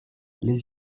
les